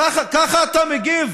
ככה אתה מגיב?